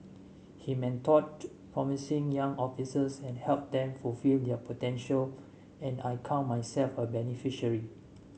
he mentored promising young officers and helped them fulfil their potential and I count myself a beneficiary